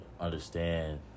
understand